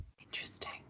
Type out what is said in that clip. Interesting